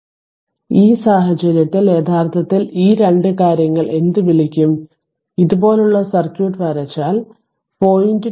അതിനാൽ ഈ സാഹചര്യത്തിൽ യഥാർത്ഥത്തിൽ ഈ 2 കാര്യങ്ങൾ 2 എന്ത് വിളിക്കും ഇതുപോലുള്ള സർക്യൂട്ട് വരച്ചാൽ 0